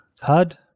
HUd